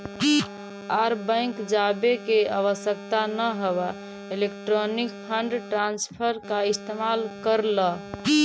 आर bank जावे के आवश्यकता न हवअ इलेक्ट्रॉनिक फंड ट्रांसफर का इस्तेमाल कर लअ